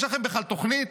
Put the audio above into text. יש לכם בכלל תוכנית?